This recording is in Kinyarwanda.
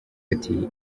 ati